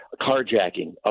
carjacking